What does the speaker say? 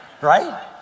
right